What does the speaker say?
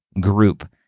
group